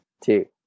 two